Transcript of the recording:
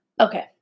Okay